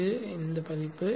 இது பதிப்பு